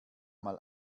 mal